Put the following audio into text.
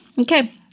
Okay